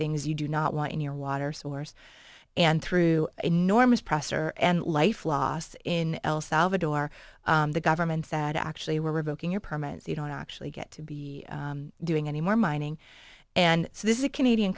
things you do not want in your water source and through enormous pressure and life lost in el salvador the government said actually we're revoking your permits you don't actually get to be doing any more mining and so this is a canadian